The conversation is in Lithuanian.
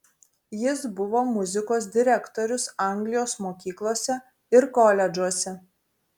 jis buvo muzikos direktorius anglijos mokyklose ir koledžuose